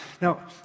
Now